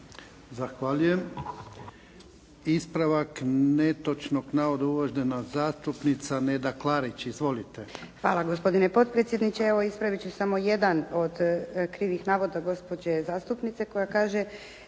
Zahvaljujem. Ispravak netočnog navoda, uvažena zastupnica Neda Klarić. Izvolite. **Klarić, Nedjeljka (HDZ)** Hvala, gospodine potpredsjedniče. Evo, ispravit ću samo jedan od krivih navoda gospođe zastupnice koja kaže